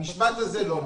המשפט הזה לא נכון.